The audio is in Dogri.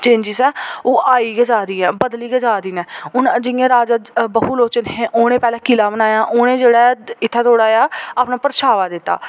चेंजसां ओह् आई गै जा दी ऐ बदली गै जा दियां हून राजा बहु लोचन हे उ'नें पैह्ले किला बनाया उ'नें जेह्ड़ा ऐ इत्थें थोह्ड़ा जेहा अपना परछामां दित्ता